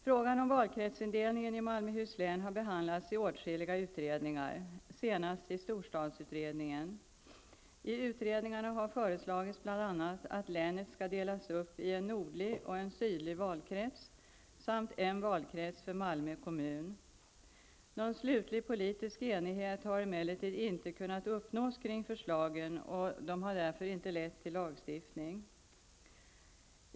Frågan om valkretsindelningen i Malmöhus län har behandlats i åtskilliga utredningar, senast av storstadsutredningen. I utredningarna har föreslagits bl.a. att länet skall delas upp i en nordlig och en sydlig valkrets samt en valkrets för Malmö kommun. Någon slutlig politisk enighet har emellertid inte kunnat uppnås kring förslagen, och de har därför inte lett till en lagstiftning.